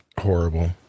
horrible